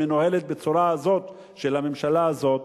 המנוהלת בצורה הזאת של הממשלה הזאת,